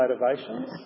motivations